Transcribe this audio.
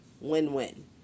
Win-win